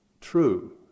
true